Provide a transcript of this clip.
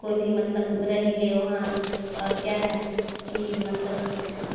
कोई भी मतलब रहेंगे वहाँ और क्या है कि मतलब